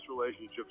relationships